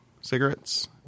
cigarettes